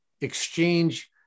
exchange